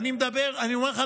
אני אומר לך,